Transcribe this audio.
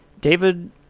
David